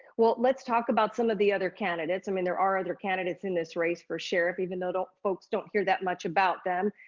well, let's talk about some of the other candidates. i mean, there are other candidates in this race for sheriff, even though folks don't hear that much about them.